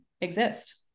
exist